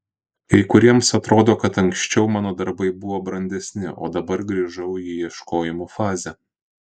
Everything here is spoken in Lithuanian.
kai kuriems atrodo kad anksčiau mano darbai buvo brandesni o dabar grįžau į ieškojimų fazę